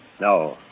No